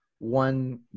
one